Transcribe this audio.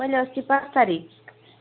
मैले अस्ति पाँच तारिख